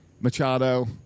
Machado